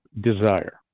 desire